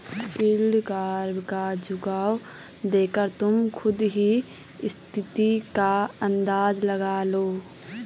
yield curve का झुकाव देखकर तुम खुद ही स्थिति का अंदाजा लगा लो